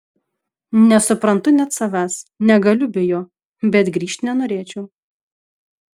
nesuprantu net savęs negaliu be jo bet grįžt nenorėčiau